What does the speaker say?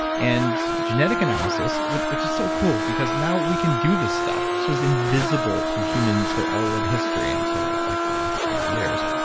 and genetic analysis, which which is so cool because now we can do this stuff. this was invisible to humans for all of history, until ah like the last five years.